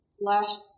last